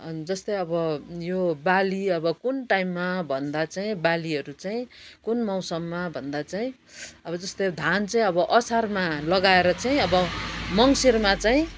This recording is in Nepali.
जस्तै अब यो बाली अब कुन टाइममा भन्दा चाहिँ बालीहरू चाहिँ कुन मौसममा भन्दा चाहिँ अब जस्तो धान चाहिँ अब असारमा लगाएर चाहिँ अब मङ्सिरमा चाहिँ